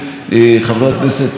חבר הכנסת חסון,